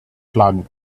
flag